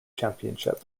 championship